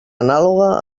anàloga